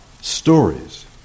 stories